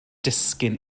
disgyn